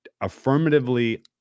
affirmatively